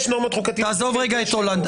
תעזוב רגע את הולנד.